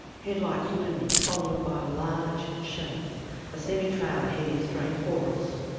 headlights loom, followed by a large shape a semi trailer heading straight for us.